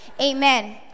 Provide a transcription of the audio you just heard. Amen